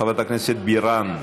חברת הכנסת בירן,